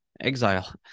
exile